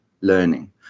learning